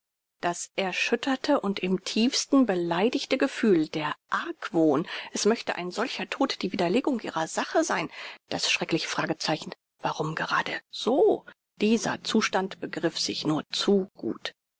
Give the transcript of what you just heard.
das erschütterte und im tiefsten beleidigte gefühl der argwohn es möchte ein solcher tod die widerlegung ihrer sache sein das schreckliche fragezeichen warum gerade so dieser zustand begreift sich nur zu gut